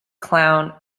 clown